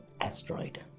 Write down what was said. asteroid